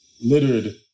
littered